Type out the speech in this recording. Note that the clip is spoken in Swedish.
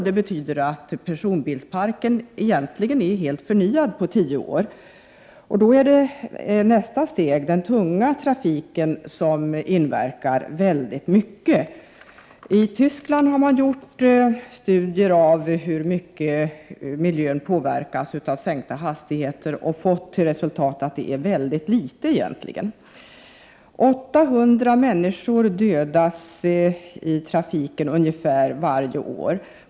Det betyder att personbilsparken egentligen är förnyad inom tio år. Då är nästa steg den tunga trafiken, som inverkar mycket på miljön. Det har i Tyskland gjorts studier av hur mycket miljön påverkas av sänkta hastigheter. Resultatet har blivit att det egentligen är litet. Ungefär 800 människor dödas i trafiken varje år.